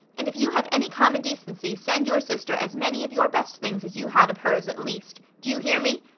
and if you have any common decency send your sister as many of your best things as you had of hers, at least. do you hear me?